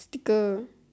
sticker